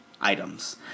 items